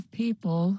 people